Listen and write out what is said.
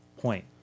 point